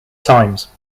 times